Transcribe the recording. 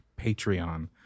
Patreon